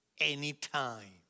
anytime